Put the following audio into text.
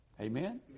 Amen